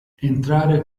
entrare